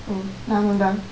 oh நானுதான்:naanuthaan